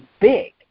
big